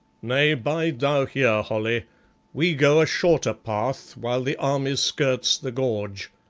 nay, bide thou here, holly we go a shorter path while the army skirts the gorge.